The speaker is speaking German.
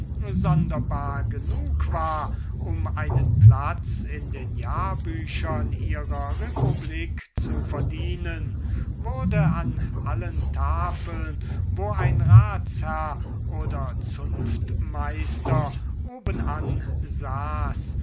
sonderbar genug war um einen platz in den jahrbüchern ihrer republik zu verdienen wurde an allen tafeln wo ein ratsherr oder zunftmeister obenan saß